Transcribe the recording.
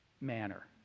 manner